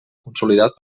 consolidat